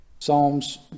psalms